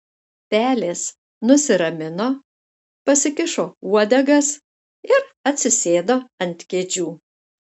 pelės nusiramino pasikišo uodegas ir atsisėdo ant kėdžių